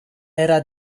era